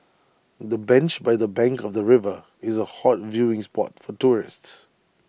the bench by the bank of the river is A hot viewing spot for tourists